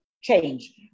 change